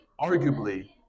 arguably